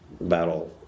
battle